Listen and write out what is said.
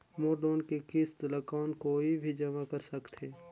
मोर loan के किस्त ल कौन कोई भी जमा कर सकथे?